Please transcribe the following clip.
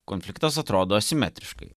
konfliktas atrodo simetriškai